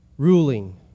Ruling